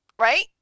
Right